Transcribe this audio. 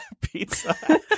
pizza